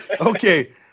Okay